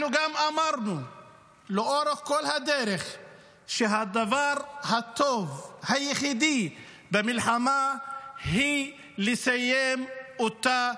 אנחנו גם אמרנו לאורך כל הדרך שהדבר הטוב היחידי במלחמה הוא לסיים אותה,